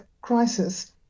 crisis